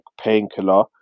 painkiller